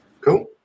Cool